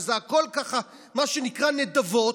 וזה הכול ככה מה שנקרא "נדבות",